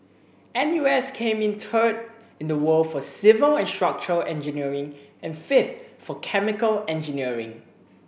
N U S came in third in the world for civil and structural engineering and fifth for chemical engineering